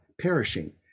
perishing